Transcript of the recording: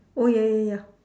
oh ya ya ya